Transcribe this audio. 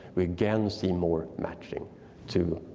we again see more matching to